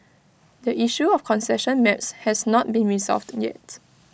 the issue of concession maps has not been resolved yet